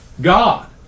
God